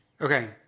Okay